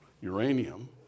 uranium